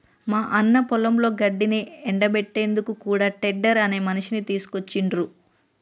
మా అన్న పొలంలో గడ్డిని ఎండపెట్టేందుకు కూడా టెడ్డర్ అనే మిషిని తీసుకొచ్చిండ్రు